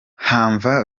hamza